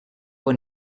for